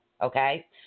Okay